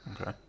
Okay